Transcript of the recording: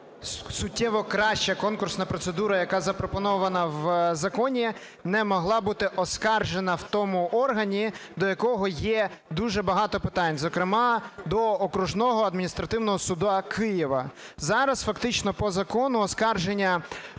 суттєво краща конкурсна процедура, яка запропонована в законі, не могла бути оскаржена в тому органі, до якого є дуже багато питань, зокрема до окружного адміністративного суду Києва. Зараз фактично по закону оскарження